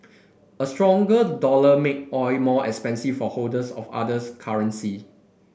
a stronger dollar make oil more expensive for holders of others currency